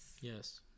Yes